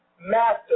master